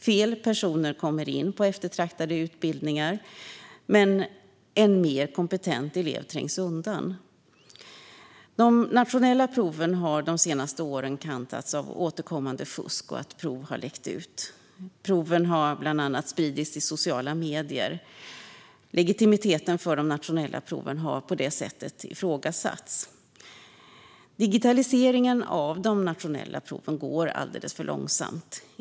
Fel personer kommer in på eftertraktade utbildningar, medan en mer kompetent elev trängs undan. De nationella proven har de senaste åren kantats av återkommande fusk, och prov har läckt ut. Proven har bland annat spridits i sociala medier. Legitimiteten för de nationella proven har på det sättet ifrågasatts. Digitaliseringen av de nationella proven går alldeles för långsamt.